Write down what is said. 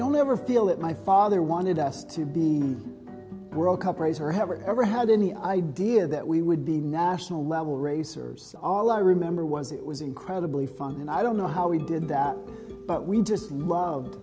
don't never feel that my father wanted us to be world cup race or have or ever had any idea that we would be national level racers all i remember was it was incredibly fun and i don't know how we did that but we just